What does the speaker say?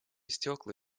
стекла